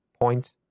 point